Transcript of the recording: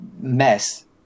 mess